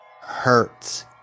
hurts